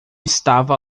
estava